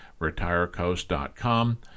retirecoast.com